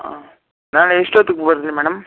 ಹಾಂ ನಾಳೆ ಎಷ್ಟೊತ್ಗೆ ಬರಲಿ ಮೇಡಮ್